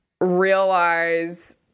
realize